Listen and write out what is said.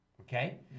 Okay